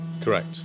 Correct